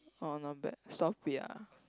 orh not bad stop it ah